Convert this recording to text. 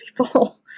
people